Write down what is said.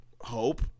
hope